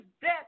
death